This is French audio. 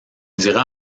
diras